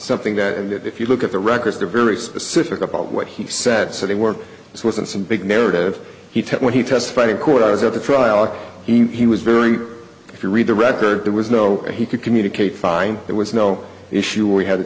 something that and if you look at the records they're very specific about what he said so they were it wasn't some big narrative he took when he testified in court i was at the trial and he was very if you read the record there was no way he could communicate fine there was no issue we had to